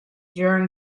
during